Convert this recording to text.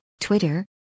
Twitter